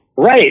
Right